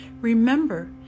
Remember